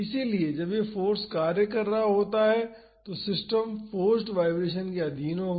इसलिए जब यह फाॅर्स कार्य कर रहा होता है तो सिस्टम फोर्स्ड वाईब्रेशन के अधीन होगा